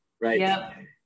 Right